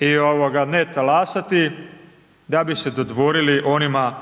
i ne talasati, da bi se dodvorili onima